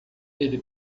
ele